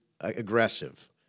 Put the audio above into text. aggressive